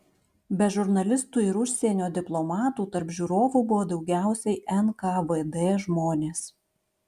be žurnalistų ir užsienio diplomatų tarp žiūrovų buvo daugiausiai nkvd žmonės